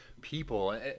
people